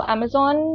Amazon